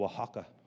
Oaxaca